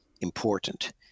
important